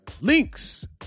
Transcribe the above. Links